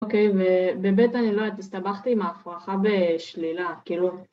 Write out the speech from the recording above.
‫אוקיי, ובאמת אני לא יודעת, ‫הסתבכתי עם ההפרכה בשלילה, כאילו...